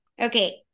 Okay